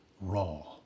raw